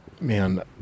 man